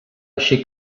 així